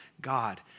God